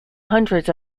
hundreds